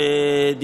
ועוד פעם,